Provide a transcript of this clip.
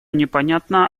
непонятно